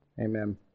amen